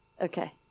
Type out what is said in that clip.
Okay